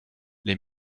les